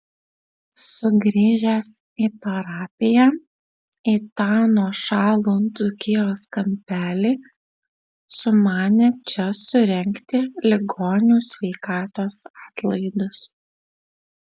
sugrįžęs į parapiją į tą nuošalų dzūkijos kampelį sumanė čia surengti ligonių sveikatos atlaidus